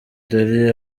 ndori